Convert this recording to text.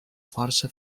força